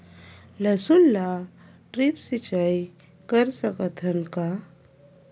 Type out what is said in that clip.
लसुन ल ड्रिप सिंचाई कर सकत हन का?